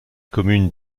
communes